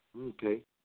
Okay